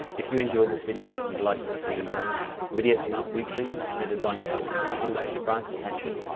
if you enjoyed this video and you'd like to see more videos come out weekly and they're designed to help you unlock your brand's potential.